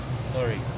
Sorry